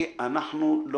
אנחנו לא